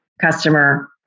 customer